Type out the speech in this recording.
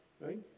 right